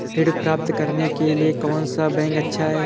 ऋण प्राप्त करने के लिए कौन सा बैंक अच्छा है?